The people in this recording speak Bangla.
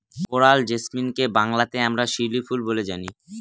কোরাল জেসমিনকে বাংলাতে আমরা শিউলি ফুল বলে জানি